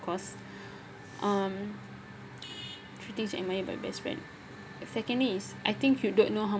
course um three things admired by your best friend secondly is I think you don't know how